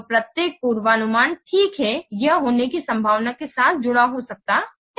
तो प्रत्येक पूर्वानुमान ठीक है यह होने की संभावना के साथ जुड़ा हो सकता है